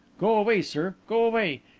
go away, sir, go away!